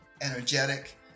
energetic